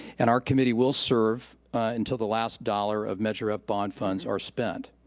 and our committee will serve until the last dollar of measure f bond funds are spent.